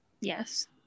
Yes